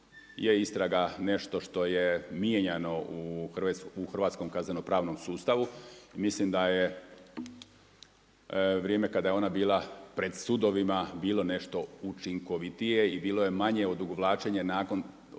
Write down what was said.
je istraga nešto što je mijenjano u hrvatskom kaznenopravnom sustavu i mislim da je vrijeme kada je ona bila pred sudovima bilo nešto učinkovitije i bilo je manje odugovlačenje nakon